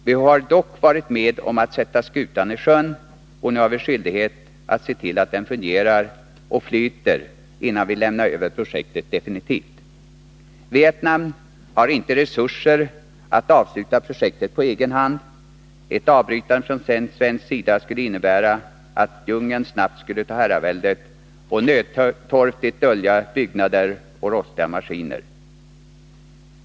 Vi har dock varit med om att sätta skutan i sjön, och nu har vi skyldighet att se till att den fungerar och flyter innan vi lämnar över projektet definitivt. Vietnam har inte resurser att avsluta projektet på egen hand. Ett avbrytande från svensk sida skulle innebära att djungeln snabbt skulle ta herraväldet och nödtorftigt dölja byggnader och rostiga maskiner.